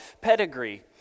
pedigree